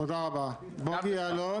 במצב הנוכחי,